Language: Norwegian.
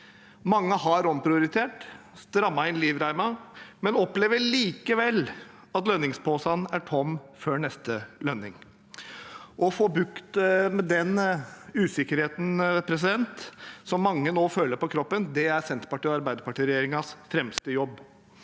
Mange har omprioritert, strammet inn livreimen, men opplever likevel at lønningsposen er tom før neste lønning. Å få bukt med den usikkerheten som mange nå føler på kroppen, er Arbeiderparti–Senterparti-regjeringens fremste jobb.